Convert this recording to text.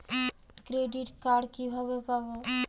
Credit card কিভাবে পাব?